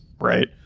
Right